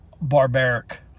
Barbaric